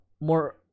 more